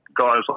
guys